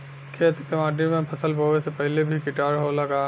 खेत के माटी मे फसल बोवे से पहिले भी किटाणु होला का?